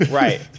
Right